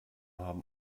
haben